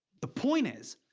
the point is,